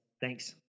Thanks